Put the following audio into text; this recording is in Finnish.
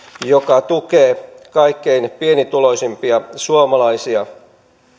joka tukee kaikkein pienituloisimpia suomalaisia